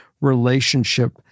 relationship